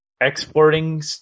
exporting